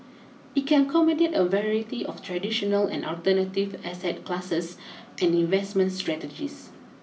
it can accommodate a variety of traditional and alternative asset classes and investment strategies